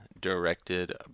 Directed